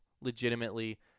Legitimately